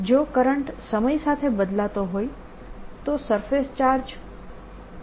જો કરંટ સમય સાથે બદલાતો હોય તો સરફેસ ચાર્જ પણ બદલાશે